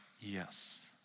yes